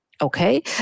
okay